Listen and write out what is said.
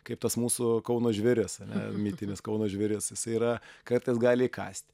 kaip tas mūsų kauno žvėris ane mitinis kauno žvėris jisai yra kartais gali įkąst